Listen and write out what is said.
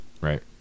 right